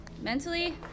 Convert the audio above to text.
Mentally